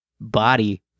body